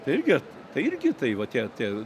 tai irgi tai irgi tai va tie tie